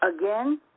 Again